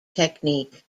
technique